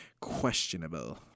questionable